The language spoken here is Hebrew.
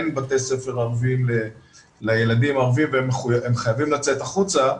אין בתי ספר ערביים לילדים הערביים והם חייבים לצאת החוצה,